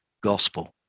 gospel